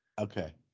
Okay